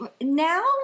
now